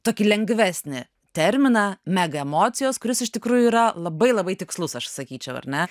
tokį lengvesnį terminą mega emocijos kuris iš tikrųjų yra labai labai tikslus aš sakyčiau ar ne